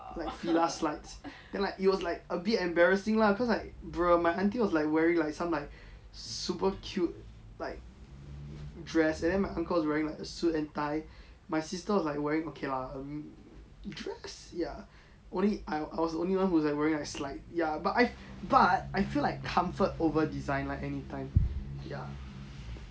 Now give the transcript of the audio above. like fila slides then like it was like a bit embarrassing lah cause like bruh my aunty was like wearing like some like super cute like dress and then my uncle was like wearing suit and tie my sister was wearing like okay lah um dress ya only I I was the only one who's like wearing like slides ya but I but I feel like comfort over design like anytime ya